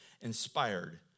inspired